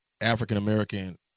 African-American